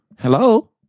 Hello